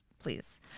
Please